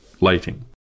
lighting